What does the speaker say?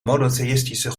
monotheïstische